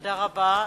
תודה רבה.